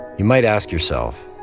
you might ask yourself,